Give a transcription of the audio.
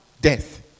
death